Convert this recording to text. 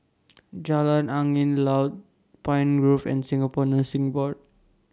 Jalan Angin Laut Pine Grove and Singapore Nursing Board